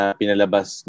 pinalabas